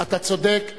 אתה צודק,